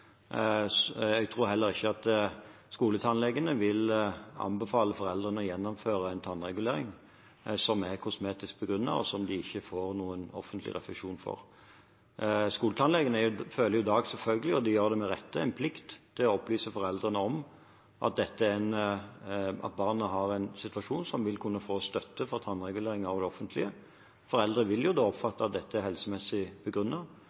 en tannregulering som er kosmetisk begrunnet, og som de ikke får noen offentlig refusjon for. Skoletannlegene føler i dag – med rette – selvfølgelig en plikt til å opplyse foreldrene om at barnet har en situasjon som gjør at det vil kunne få støtte av det offentlige til tannregulering. Foreldre vil da